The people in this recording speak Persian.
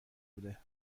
بوده